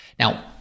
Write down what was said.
Now